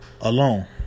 alone